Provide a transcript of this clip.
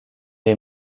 est